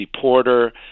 Porter